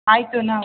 ಆಯಿತು ನಾವು